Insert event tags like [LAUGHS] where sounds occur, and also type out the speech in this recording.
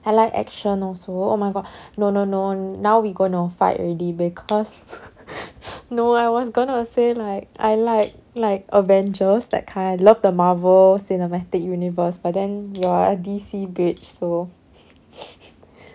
I like action also oh my god no no no now we go no fight already because [LAUGHS] no I was gonna say like I like like avengers that kind I love the marvel cinematic universe but then you are a D_C bridge so [LAUGHS]